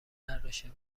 برداشته